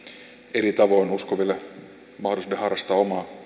eri tavoin uskoville harrastaa omaa